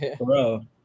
Bro